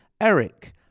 Eric